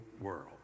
world